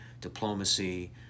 diplomacy